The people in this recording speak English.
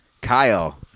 Kyle